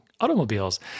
automobiles